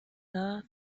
love